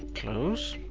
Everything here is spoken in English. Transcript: close,